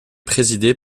présidée